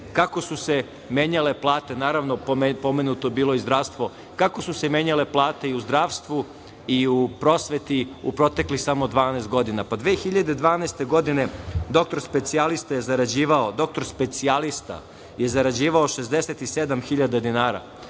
kako su se menjale plate, pomenuto je bilo i zdravstvo, kako su se menjale plate i u zdravstvu i u prosveti u proteklih samo 12 godina. Godine 2012. dr specijalista je zarađivao 67.000 dinara.